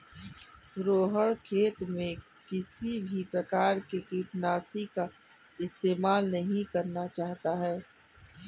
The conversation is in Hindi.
रोहण खेत में किसी भी प्रकार के कीटनाशी का इस्तेमाल नहीं करना चाहता है